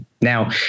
Now